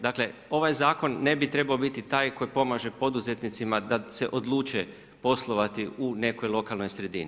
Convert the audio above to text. Dakle, ovaj zakon ne bi trebao biti taj koji pomaže poduzetnicima da se odluče poslovati u nekoj lokalnoj sredini.